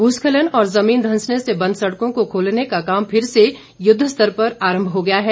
भूस्खलन और जमीन धंसने से बंद सड़कों को खोलने का काम फिर से युद्ध स्तर पर आरम्भ हो गया है